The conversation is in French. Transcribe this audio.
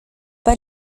pas